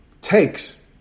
Takes